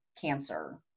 cancer